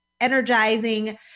energizing